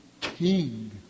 King